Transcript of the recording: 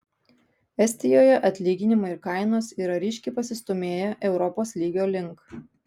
estijoje atlyginimai ir kainos yra ryškiai pasistūmėję europos lygio link